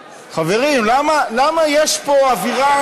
חברים, למה, למה יש פה אווירה